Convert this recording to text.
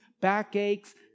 backaches